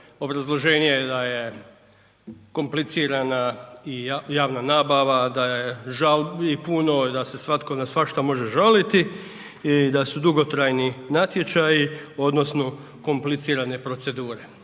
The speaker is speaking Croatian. Obrazloženje je da je komplicirana i javna nabava, da je žalbi puno, da se svatko na svašta može žaliti i da su dugotrajni natječaji odnosno komplicirane procedure.